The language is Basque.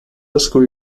esku